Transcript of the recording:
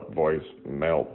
voicemail